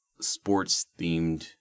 sports-themed